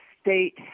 state